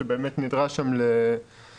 שבאמת נדרש שם לשינויים.